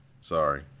Sorry